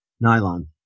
Nylon